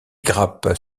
grappes